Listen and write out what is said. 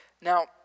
Now